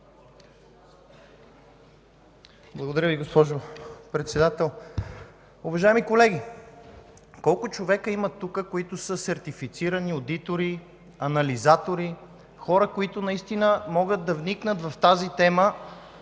Благодаря Ви, госпожо Председател. Уважаеми колеги, колко човека има тук, които са сертифицирани одитори, анализатори – хора, които наистина могат да вникнат в тази тема